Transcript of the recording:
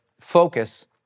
focus